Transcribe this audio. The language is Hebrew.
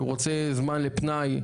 שהוא רוצה זמן לפנאי.